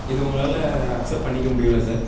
இது உங்களால் அக்சப்ட் பண்ணிக்க முடியும்ல சார்